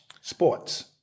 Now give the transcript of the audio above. Sports